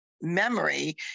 memory